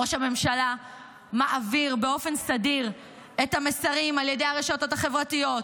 ראש הממשלה מעביר באופן סדיר את המסרים על ידי הרשתות החברתיות,